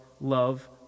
love